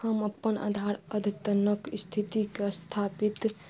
हम अपन आधार अद्यतनक स्थितिके स्थापित